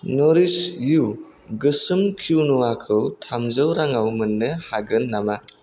नारिश यु गोसोम क्विन'आखौ थामजौ राङाव मोन्नो हागोन नामा